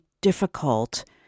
difficult